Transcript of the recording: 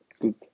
Good